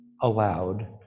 aloud